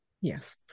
Yes